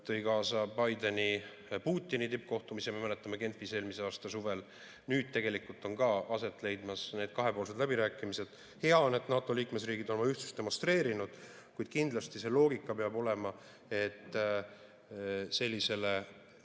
tõi kaasa Bideni ja Putini tippkohtumise, me mäletame, Genfis eelmise aasta suvel. Nüüd on ka aset leidmas kahepoolsed läbirääkimised. Hea on, et NATO liikmesriigid on oma ühtsust demonstreerinud, kuid kindlasti peab loogika olema see, et sellise